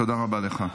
תודה רבה לך.